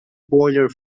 boiler